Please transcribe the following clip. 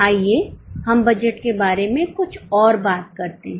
आइए हम बजट के बारे में कुछ और बात करते हैं